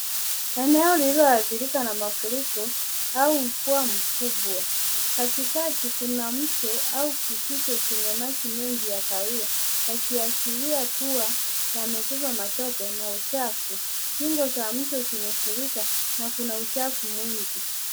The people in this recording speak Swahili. Eneo lililoathirika na mafuriko au mvua mkubwa. Katikati kuna mto au kijito chenye maji mengi ya kahawia yakiashiria kuwa yamebeba matope na uchafu . Kingo za mto zimefurika na kuna uchafu mwingi.